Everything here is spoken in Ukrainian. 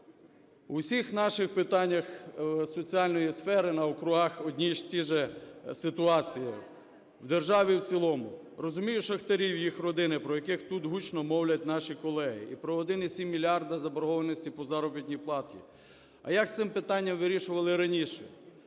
В усіх наших питаннях соціальної сфери на округах одні і ті ж ситуації і в державі в цілому. Розумію шахтарів, їх родини, про які тут гучно мовлять наші колеги, і про 1,7 мільярда заборгованості по заробітній платі. А як з цим питанням вирішували раніше,